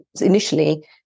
initially